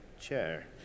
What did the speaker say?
chair